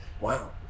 wow